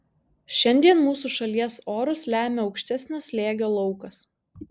šiandien mūsų šalies orus lemia aukštesnio slėgio laukas